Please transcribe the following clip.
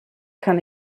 kann